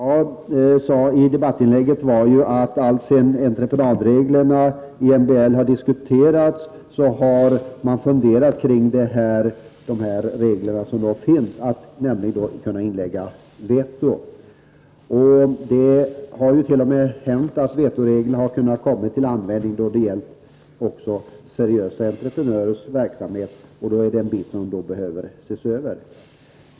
Herr talman! Jag sade i mitt debattinlägg att alltsedan entreprenadreglerna i MBL har diskuterats har man funderat kring att lägga in vetorätt. Det har t.o.m. hänt att vetoreglerna har kommit till användning när det gällt seriösa entreprenörers verksamhet. Så vetoreglerna behöver ses över.